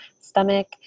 stomach